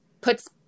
puts